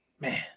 Man